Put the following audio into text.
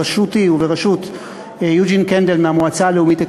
בראשותי ובראשות יוג'ין קנדל מהמועצה הלאומית לכלכלה,